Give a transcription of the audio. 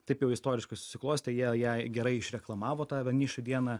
taip jau istoriškai susiklostė jie ją gerai išreklamavo tą vienišių dieną